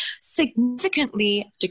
significantly